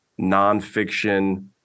nonfiction